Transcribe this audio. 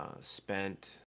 Spent